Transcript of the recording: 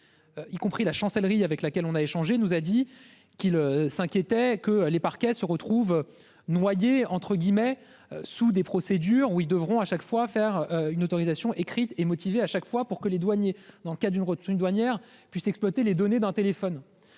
Y compris la chancellerie avec laquelle on a échangé nous a dit qu'il s'inquiétait que les parquets se retrouvent noyées entre guillemets sous des procédures où ils devront à chaque fois faire une autorisation écrite et motivée à chaque fois pour que les douaniers dans le cas d'une retenue douanière puisse exploiter les données d'un téléphone.